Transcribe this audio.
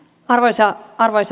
arvoisa puhemies